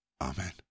Amen